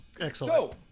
Excellent